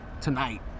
tonight